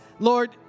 Lord